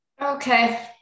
okay